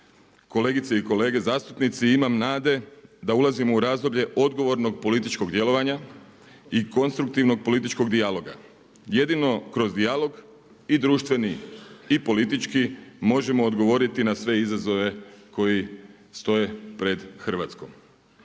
kolegice i kolege zastupnici imam nade da ulazimo u razdoblje odgovornog političkog djelovanja i konstruktivnog političkog dijaloga. Jedino kroz dijalog i društveni i politički možemo odgovoriti na sve izazove koji stoje pred Hrvatskom.